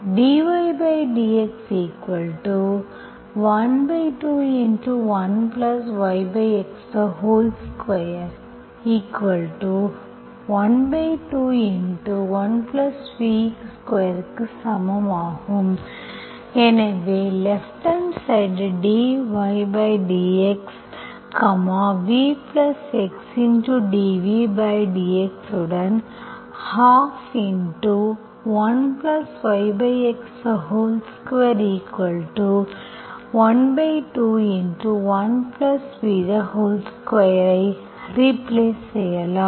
இது dydx121YX2121v2 க்கு சமம் ஆகும் எனவே லேப்ப்ட்ஹாண்ட் சைடு dYdX vXdvdXஉடன் 121YX2121v2 ஐ ரீப்ளேஸ்செய்யலாம்